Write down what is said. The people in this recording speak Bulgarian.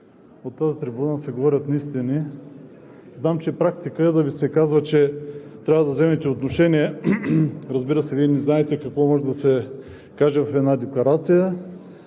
от тази трибуна да се говорят неистини. Знам, че е практика да Ви се казва, че трябва да вземете отношение. Разбира се, Вие не знаете какво може да се каже в една декларация,